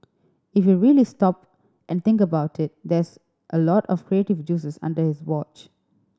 if you really stop and think about it that's a lot of creative juices under his watch